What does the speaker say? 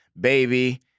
Baby